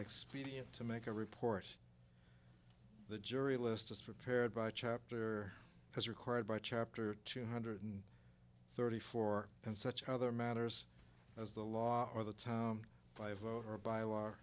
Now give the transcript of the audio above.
expedient to make a report the jury list is prepared by chapter as required by chapter two hundred thirty four and such other matters as the law or the time by vote or by law